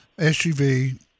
SUV